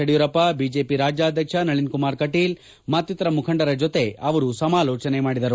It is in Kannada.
ಯಡಿಯೂರಪ್ಪ ಬಿಜೆಪಿ ರಾಜ್ಕಾದ್ಯಕ್ಷ ನಳೀನ್ ಕುಮಾರ್ ಕೆಟೀಲ್ ಮತ್ತಿತರರ ಮುಖಂಡರ ಜೊತೆ ಅವರು ಸಮಾಲೋಚನೆ ಮಾಡಿದರು